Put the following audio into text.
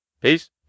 Peace